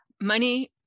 money